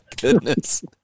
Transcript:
goodness